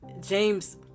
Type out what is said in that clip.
James